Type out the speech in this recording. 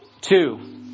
Two